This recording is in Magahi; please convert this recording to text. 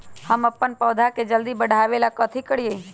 हम अपन पौधा के जल्दी बाढ़आवेला कथि करिए?